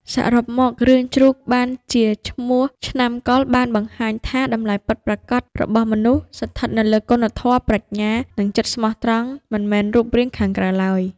សរុបមក រឿងជ្រូកបានជាឈ្មោះឆ្នាំកុរបានបង្ហាញថា តម្លៃពិតរបស់មនុស្សស្ថិតនៅលើ គុណធម៌ ប្រាជ្ញា និងចិត្តស្មោះត្រង់ មិនមែនរូបរាងខាងក្រៅឡើយ